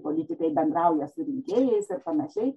politikai bendrauja su rinkėjais ir panašiai